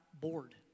bored